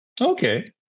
Okay